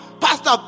Pastor